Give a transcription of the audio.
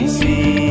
see